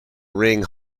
ring